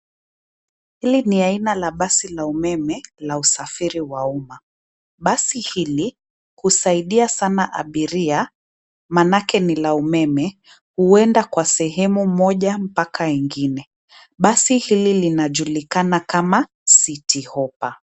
Hili ni aina la basi la umeme, la usafiri wa umma, basi hili, husaidia sana abiria, maanake ni la umeme, huenda kwa sehemu moja mpaka ingine, basi hili linajulikana kama, citi hopa .